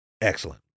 excellent